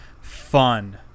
Fun